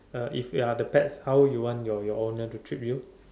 uh if you're the pets how you want your your owner to treat you